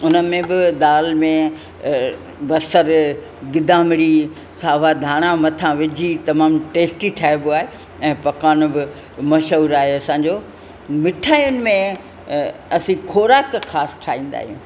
उन में बि दाल में बसरि गिदामिड़ी सावा धाणा मथां विझी तमामु टेस्टी ठाइबो आहे ऐं पकवान बि मशहूरु आए असां जो मिठायुनि में असीं खोराक ख़ासि ठाहींदा आहियूं